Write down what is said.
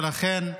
ולכן,